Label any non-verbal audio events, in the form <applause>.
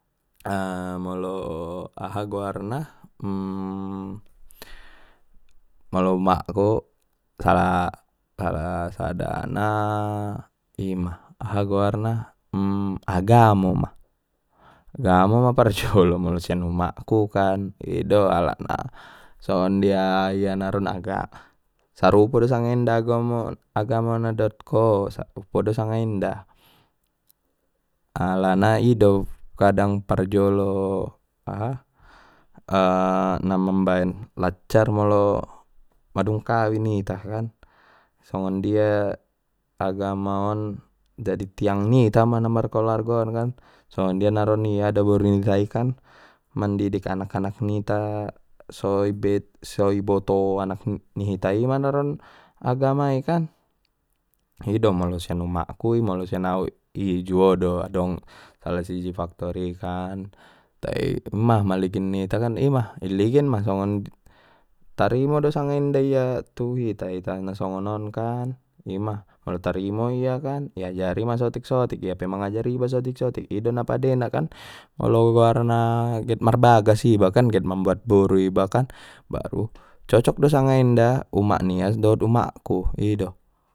A molo umakku aha ima salah sadana ima aha goarna <hesitation> agamo ma parjolo molo sian umakku kan ido alana songon dia naron ia agamana sarupo do sanga inda agomo-agamona dohot ko sarupo do sanga inda alana i do kadang parjolo aha <hesitation> na mambaen laccar molo madung kawin ita kan songonjia agamo on dadi tiang nita ma na markaluarga on kan songon dia naron ia adaboru nitai kan mandidik anak-anak nita so-so iboto anak ni hitai ma naron agama i kan ido molo sian umakku ido molo sian au i juo do adong salah siji faktor i tai ima maligin ita kan ima iligin ma songon tarimo do sanga inda ia tu hita-hita na songonon kan ima molo tarimo ia kan i ajari ma sotik sotik iape managajari iba sotik sotik ido na padena kan molo goarna get marbagas ibakan get mambuat boru ibakan baru cocok do sanga inda umak nia dot umakku ido.